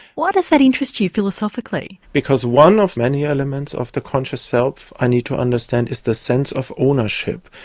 why does that interest you philosophically? because one of many elements of the conscious self i need to understand is the sense of ownership.